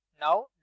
Now